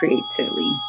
creatively